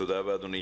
תודה רבה, אדוני.